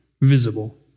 visible